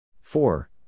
Four